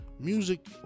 Music